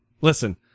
Listen